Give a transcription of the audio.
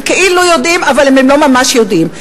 הם כאילו יודעים, אבל הם לא ממש יודעים.